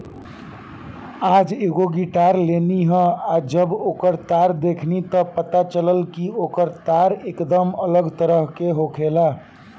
आज एगो गिटार लेनी ह आ जब ओकर तार देखनी त पता चलल कि ओकर तार एकदम अलग तरह के होखेला